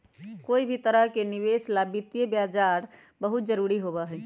कोई भी तरह के निवेश ला वित्तीय बाजार बहुत जरूरी होबा हई